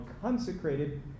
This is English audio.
consecrated